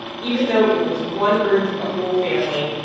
even though it was one room for the whole family,